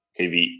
kv